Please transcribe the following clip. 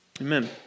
Amen